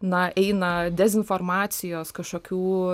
na eina dezinformacijos kažkokių